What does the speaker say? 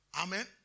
Amen